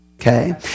okay